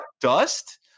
dust